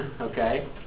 Okay